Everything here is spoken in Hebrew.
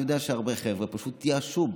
אני יודע שהרבה חבר'ה פשוט התייאשו,